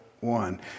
one